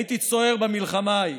הייתי צוער במלחמה ההיא,